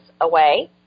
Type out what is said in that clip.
away